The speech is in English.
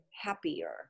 happier